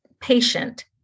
patient